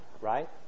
right